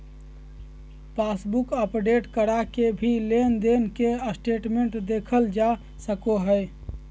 passbook update करा के भी लेनदेन के स्टेटमेंट देखल जा सकय हय